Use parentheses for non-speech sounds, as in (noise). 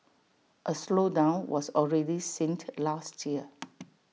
A slowdown was already seen (noise) last year